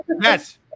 Yes